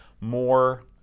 more